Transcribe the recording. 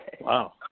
Wow